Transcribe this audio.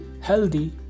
healthy